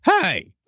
Hey